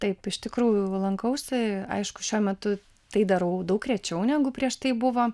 taip iš tikrųjų lankausi aišku šiuo metu tai darau daug rečiau negu prieš tai buvo